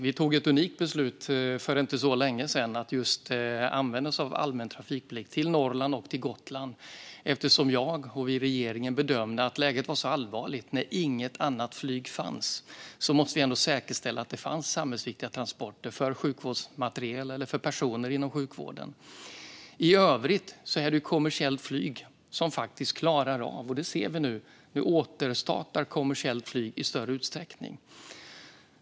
Vi tog ett unikt beslut för inte så länge sedan att just använda oss av allmän trafikplikt till Norrland och Gotland, eftersom jag och regeringen bedömde att läget var så allvarligt. När inget annat flyg fanns var vi tvungna att säkerställa att det finns samhällsviktiga transporter av sjukvårdsmateriel eller personer inom sjukvården. I övrigt är det kommersiellt flyg som faktiskt klarar av detta, och vi ser nu att kommersiellt flyg återstartar i större utsträckning.